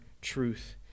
truth